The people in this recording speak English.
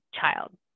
child